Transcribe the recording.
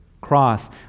cross